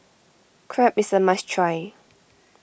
Crepe is a must try